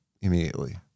immediately